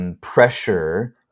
Pressure